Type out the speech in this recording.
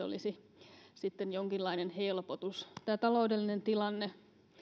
olisi sitten jonkinlainen helpotus tämä taloudellinen tilanne